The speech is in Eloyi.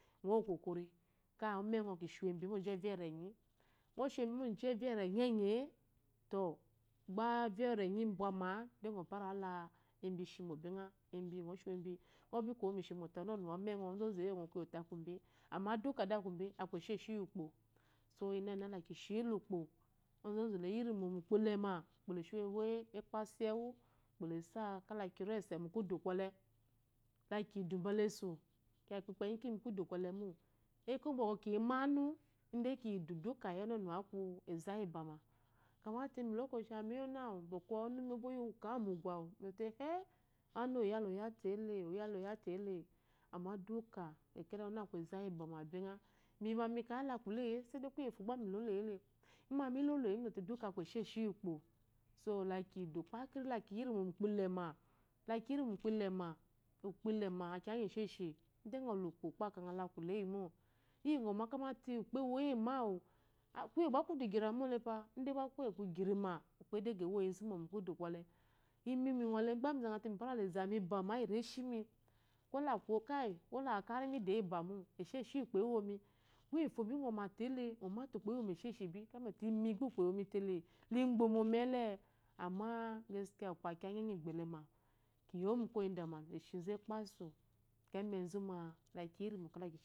Ka umengɔ ki shiwu embi mo jiba evya erenyi, ji evya enenyi-e- to gba evya enenyi ibwama-a-ekeyi ngɔ kowu mu embi ishimo bingha. Ozozu eyo kuyo te aku mbe amma duka de aku mbe aku esheshi yi ukpo onzozu leyi rimo mu ukpo ilema, ukpo leshi uwewe ekpasu iyi ewu ukpo lasa kala ki ri ese mu kudu kwɔle. Ka kiyi idu bula esu, kiya kikpanyi te kiyi mu kudu kwɔle mo, ekȯ mba bɔkwɔ kiyi manu, ide kiyi idu duka ɔnunuwa aku eza iyi bama. Kyamate olokoci awumiya ɔnu awu bɔkɔ ɔnumi obo oyi oka mugu awu mi zɔte eh-eh-e ɔnu oyale oya tele amma duka ɔne aku eza iyi bama bingha, imi ma mi kayi na kuleye-e ide kuye ngufo gba miloloyile, imma mi loloye duka mizɔte aku eshishi yi ukpo so lakiyi idu kpakiri la kiyiri ma mu ukpo elema, la kiyirimo mu ukpo ilema, ukpo ilema aku kiya ngi esheshi, ide ngɔ le ukpo, ukpo ewoyimo, kuye gba kudu giramo lefa, ide gba kuye giri ma ukpo edego ewo yi zumo mu kudu kwɔle. Imi mi ngɔ le gba mi zate mi fara la eza mi bama iyi reshi mi kola kayi kola aku kari mi doyi ibamo tėlė mima te ukpo ewo mi esheshi bi imigba ukpo ewo mi tele, la igbamo mi ele amma gaskiya ukpo a kiya ngi enyi egbelema kiyi mu koya dama le shizu ekpasu ka emenzu ma.